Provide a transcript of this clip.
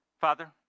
Father